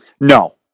No